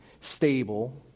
stable